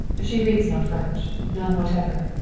she reads no french. none whatever.